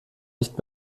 nicht